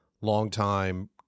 long-time